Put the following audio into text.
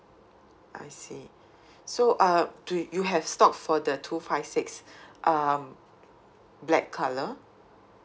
I see so uh do you have stock for the two five six um black colour